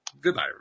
Goodbye